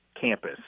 campus